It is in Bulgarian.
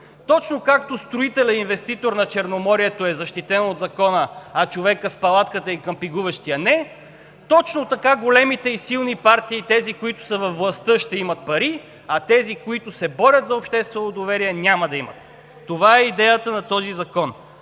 Точно както строителят инвеститор на Черноморието е защитен от закона, а човекът с палатката и къмпингуващият – не, точно така големите и силни партии – тези, които са във властта, ще имат пари, а тези, които се борят за обществено доверие, няма да имат. Това е идеята на този закон